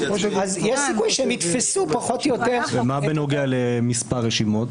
יש סיכוי שהם יתפסו פחות --- מה בנוגע למספר רשימות?